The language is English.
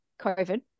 COVID